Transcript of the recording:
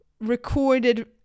recorded